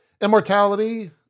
Immortality